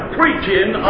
preaching